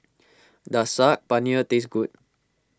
does Saag Paneer taste good